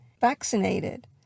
vaccinated